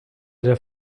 der